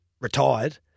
retired